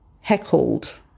heckled